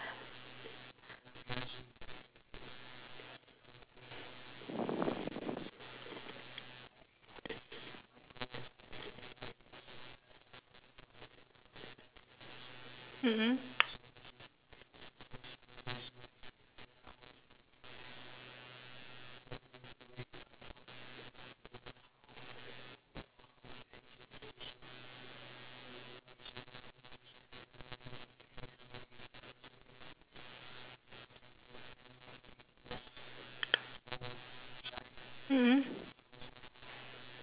mm mm mm mm